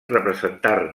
representar